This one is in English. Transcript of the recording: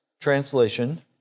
translation